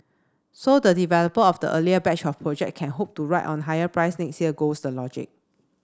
so the developer of the earlier batch of project can hope to ride on higher price next year goes the logic